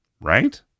Right